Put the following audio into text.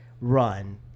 run